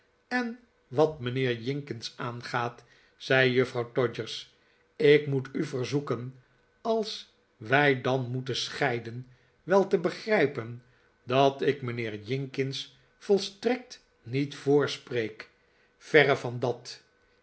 en wat mijnheer jinkins aangaat zei juffrouw todgers ik moet u verzoeken als wij dan moet en scheiden wel te begrijpen dat ik mijnheer jinkins volstrekt niet voorspreek verre van dat